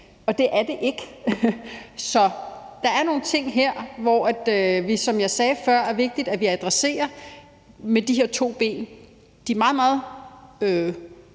Og det er det ikke. Så der er nogle ting her, hvor det, som jeg sagde før, er vigtigt, at vi adresserer de her to ben. Der er de meget, meget